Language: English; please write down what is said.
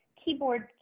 keyboard